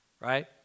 right